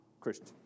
Christian